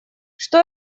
что